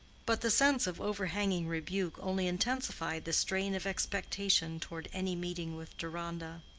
but the sense of overhanging rebuke only intensified the strain of expectation toward any meeting with deronda.